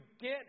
get